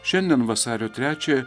šiandien vasario trečiąją